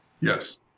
Yes